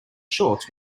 shorts